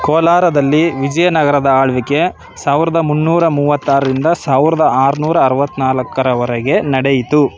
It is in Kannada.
ಕೋಲಾರದಲ್ಲಿ ವಿಜಯನಗರದ ಆಳ್ವಿಕೆ ಸಾವಿರದ ಮುನ್ನೂರ ಮೂವತ್ತಾರಿಂದ ಸಾವಿರ್ದ ಆರ್ನೂರು ಅರ್ವತ್ತು ನಾಲ್ಕರವರೆಗೆ ನಡೆಯಿತು